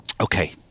Okay